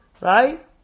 right